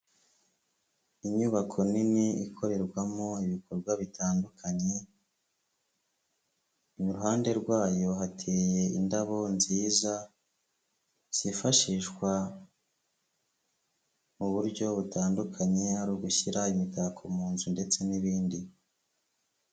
Inyubako nini ikorerwamo ibikorwa bitandukanye, iruhande rwayo hateye indabo nziza, zifashishwa mu buryo butandukanye, hari ugushyira imitako mu nzu ndetse n'ibindi.